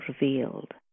revealed